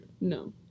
No